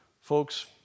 Folks